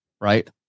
right